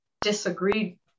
disagreed